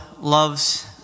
loves